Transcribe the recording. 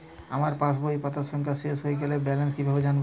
আমার পাসবুকের পাতা সংখ্যা শেষ হয়ে গেলে ব্যালেন্স কীভাবে জানব?